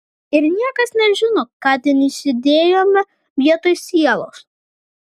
ir niekas nežino ką ten įsidėjome vietoj sielos